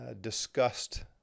discussed